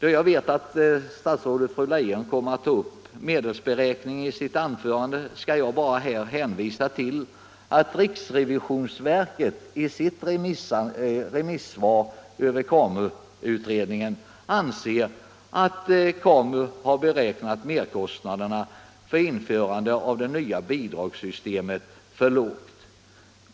Då jag vet att fru statsrådet Leijon kommer att ta upp medelsberäkningen i sitt anförande skall jag bara här hänvisa till att riksrevisionsverket i sitt remissyttrande över KAMU:s betänkande anser att KAMU har beräknat merkostnaderna för införande av det nya bidragssystemet för lågt.